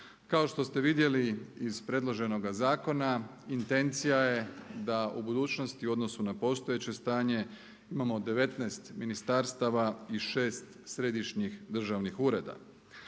Kao što ste vidjeli iz predloženoga zakona intencija je da u budućnosti u odnosu na postojeće stanje imamo 19 ministarstava i 6 središnjih državnih ureda.